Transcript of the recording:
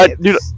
Dude